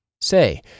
Say